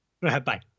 Bye